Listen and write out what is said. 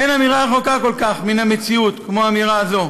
אין אמירה רחוקה כל כך מן המציאות כמו האמירה הזאת.